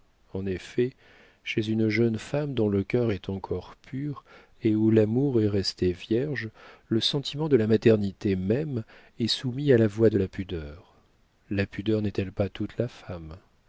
en effet chez une jeune femme dont le cœur est encore pur et où l'amour est resté vierge le sentiment de la maternité même est soumis à la voix de la pudeur la pudeur n'est-elle pas toute la femme